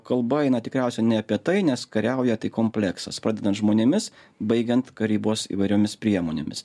kalba eina tikriausiai ne apie tai nes kariauja tai kompleksas pradedant žmonėmis baigiant karybos įvairiomis priemonėmis